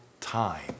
time